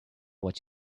what